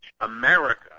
America